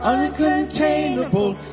Uncontainable